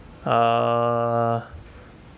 uh